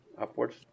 upwards